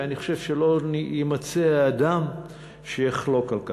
ואני חושב שלא יימצא האדם שיחלוק על כך.